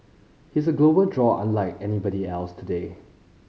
he's a global draw unlike anybody else today